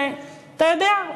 אתה יודע,